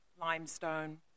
limestone